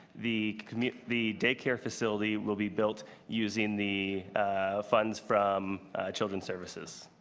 the the daycare facility will be built using the funds from children's services.